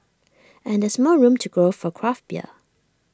and there's more room to grow for craft beer